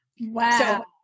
Wow